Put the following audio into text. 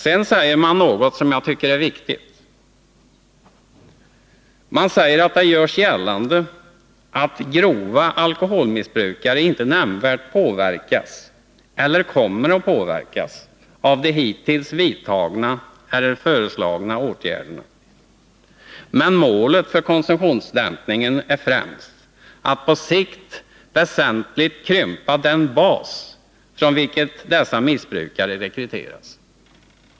Sedan säger utskottet något som jag tycker är viktigt. Man säger att det görs gällande att ”de grova alkoholmissbrukarna inte nämnvärt påverkats eller kommer att påverkas av de hittills vidtagna eller föreslagna åtgärderna, men målet för konsumtionsdämpningen är främst att på sikt väsentligt krympa den bas från vilken dessa missbrukare rekryteras”.